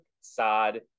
Sad